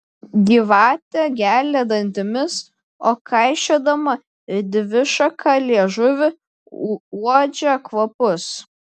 gyvatė gelia dantimis o kaišiodama dvišaką liežuvį uodžia kvapus